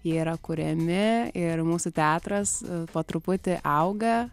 jie yra kuriami ir mūsų teatras po truputį auga